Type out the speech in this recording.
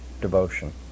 devotion